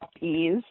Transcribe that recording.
ease